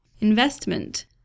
Investment